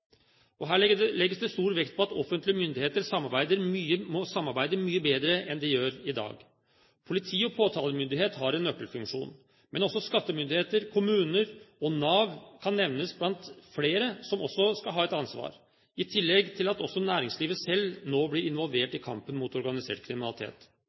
Det legges stor vekt på at offentlige myndigheter må samarbeide mye bedre enn de gjør i dag. Politi og påtalemyndighet har en nøkkelfunksjon, men også skattemyndigheter, kommuner og Nav kan nevnes blant flere som også skal ha et ansvar, i tillegg til at også næringslivet selv nå blir involvert i kampen mot organisert kriminalitet.